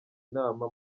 nama